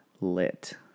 lit